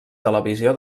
televisió